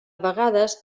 vegades